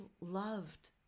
loved